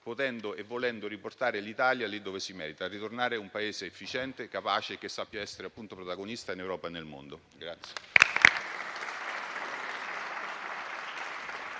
potendo e volendo riportare l'Italia lì dove si merita: ritornare a essere un Paese efficiente e capace, che sappia essere protagonista in Europa e nel mondo.